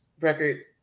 record